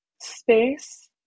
space